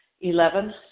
Eleven